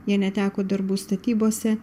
jie neteko darbų statybose